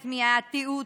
המתנחלים.